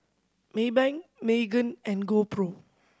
Maybank Megan and GoPro